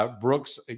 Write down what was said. Brooks